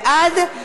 בעד,